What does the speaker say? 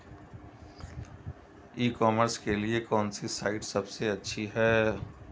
ई commerce के लिए कौनसी साइट सबसे अच्छी है?